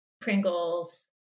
Pringles